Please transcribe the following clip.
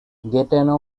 gaetano